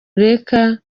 reka